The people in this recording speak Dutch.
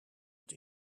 het